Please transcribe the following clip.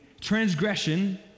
transgression